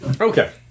Okay